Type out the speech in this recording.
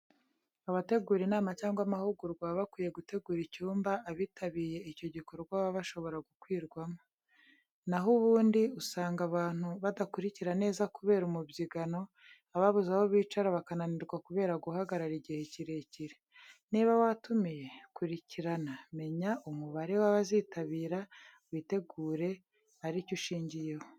Abategura inama cyangwa amahugurwa baba bakwiye gutegura icyumba abitabiye icyo gikorwa baba bashobora gukwirwamo. Na ho ubundi usanga abantu badakurikira neza kubera umubyigano, ababuze aho bicara bakananirwa kubera guhagarara igihe kirekire. Niba watumiye, kurikirana, menya umubare w'abazitabira witegure ari cyo ushingiyeho.